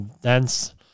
dense